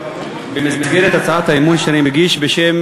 במסגרת הצעת האי-אמון שאני מגיש בשם